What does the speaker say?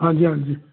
ਹਾਂਜੀ ਹਾਂਜੀ